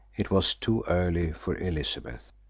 it was too early for elizabeth.